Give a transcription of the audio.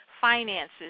finances